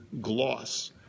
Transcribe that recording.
gloss